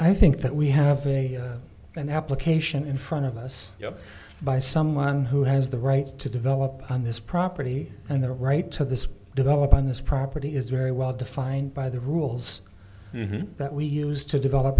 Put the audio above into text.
i think that we have a an application in front of us you know by someone who has the right to develop on this property and their right to this develop on this property is very well defined by the rules that we used to develop